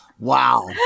wow